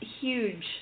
huge